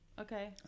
Okay